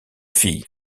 fille